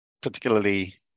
particularly